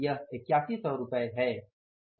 यह 8100 रुपये है